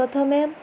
ପ୍ରଥମେ